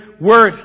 word